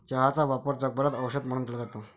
चहाचा वापर जगभरात औषध म्हणून केला जातो